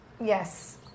Yes